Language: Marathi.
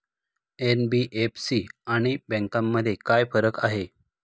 एन.बी.एफ.सी आणि बँकांमध्ये काय फरक आहे?